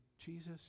Jesus